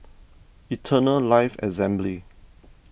Eternal Life Assembly